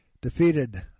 defeated